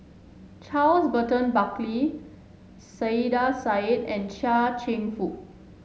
Charles Burton Buckley Saiedah Said and Chia Cheong Fook